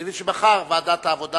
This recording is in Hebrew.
אני מבין שמחר ועדת העבודה,